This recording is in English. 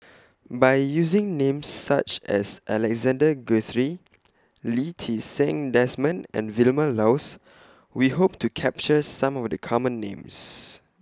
By using Names such as Alexander Guthrie Lee Ti Seng Desmond and Vilma Laus We Hope to capture Some of The Common Names